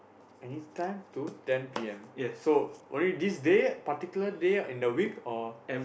anytime to ten p_m so only this day particular day in the week or